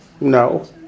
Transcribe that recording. no